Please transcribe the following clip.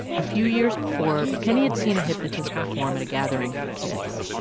a few years before, kenney had seen a hypnotist perform at a gathering for kids.